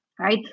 Right